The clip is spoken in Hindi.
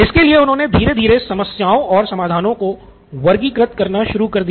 इसके लिए उन्होने धीरे धीरे समस्याओं और समाधानों को वर्गीकृत करना शुरू कर दिया